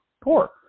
poor